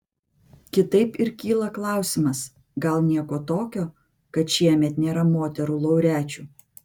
kitaip ir kyla klausimas gal nieko tokio kad šiemet nėra moterų laureačių